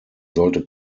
sollte